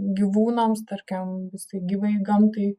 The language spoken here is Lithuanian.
gyvūnams tarkim visai gyvajai gamtai